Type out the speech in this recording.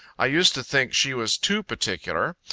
i used to think she was too particular.